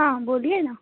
हां बोलिये ना